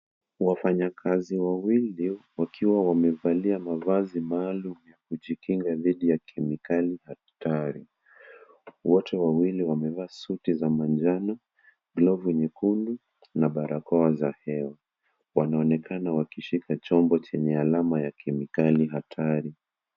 Wafanyakazi wawili wakiwa wamevalia mavazi maalum ya kujikinga dhidhi ya kemikali ,wote wawili wamevaa suti za manjano glafu nyekundu na barakoa za hewa wanaonekana wakishika chombo chenye alama ya kemikali hatari.